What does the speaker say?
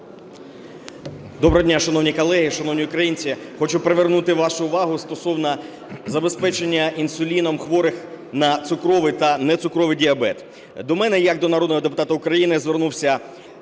Доброго дня, шановні колеги, шановні українці. Хочу привернути вашу увагу стосовно забезпечення інсуліном хворих на цукровий та нецукровий діабет. До мене як до народного депутата України звернувся